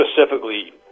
specifically